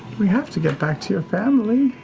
we have to get back to your family.